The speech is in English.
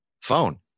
phone